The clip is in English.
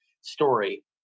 story